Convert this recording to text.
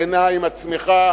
כנה עם עצמך,